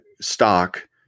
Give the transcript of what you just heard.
stock